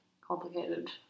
complicated